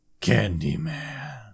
Candyman